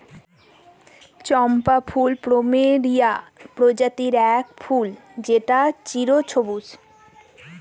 চম্পা ফুল প্লুমেরিয়া প্রজাতির এক ফুল যেটা চিরসবুজ